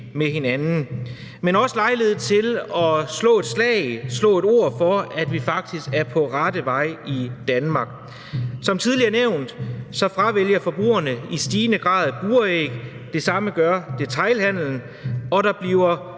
med hinanden, men også for, at vi får lejlighed til at slå et slag for og få sat ord på, at vi faktisk er på rette vej i Danmark. Som tidligere nævnt fravælger forbrugerne i stigende grad buræg, det samme gør detailhandelen, og der bliver